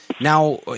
Now